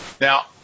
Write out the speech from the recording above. Now